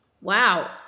Wow